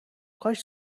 کاش